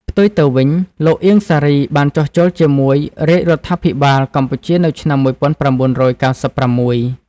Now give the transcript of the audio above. ផ្ទុយទៅវិញ លោកអៀង សារី បានចុះចូលជាមួយរាជ រដ្ឋាភិបាលកម្ពុជានៅឆ្នាំ១៩៩៦ ។